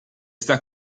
sta